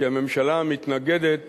כי הממשלה מתנגדת